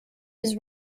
his